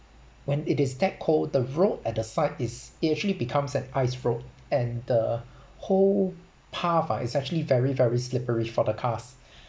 when it is that cold the road at the side is it actually becomes an ice road and the whole path ah is actually very very slippery for the cars